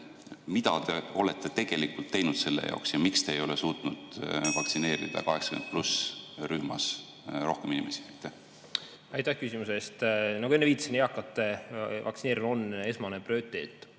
Mida te olete tegelikult teinud selle [vältimiseks] ja miks te ei ole suutnud vaktsineerida 80+ vanuserühmas rohkem inimesi? Aitäh küsimuse eest! Nagu enne viitasin, eakate vaktsineerimine on esmane prioriteet.